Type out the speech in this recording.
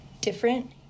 Different